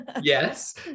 yes